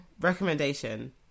Recommendation